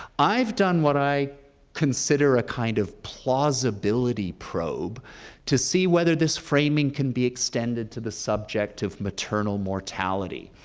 i've done what i can consider a kind of plausibility probe to see whether this framing can be extended to the subject of maternal mortality.